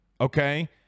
Okay